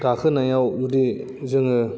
गाखोनायाव जुदि जोङो